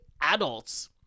adults